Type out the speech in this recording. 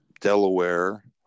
Delaware